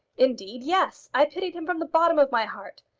indeed, yes. i pitied him from the bottom of my heart.